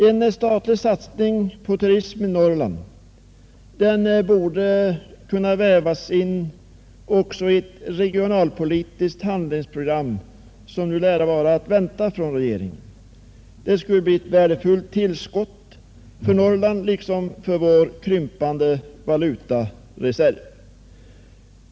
En statlig satsning på turismen i Norrland borde kunna vävas in också i ett regionalpolitiskt handlingsprogram som nu lär vara att vänta från regeringen. Det skulle bli ett värdefullt tillskott för Norrland liksom för vår krympande valutareserv.